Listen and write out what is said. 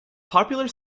popular